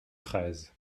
treize